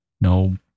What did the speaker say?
no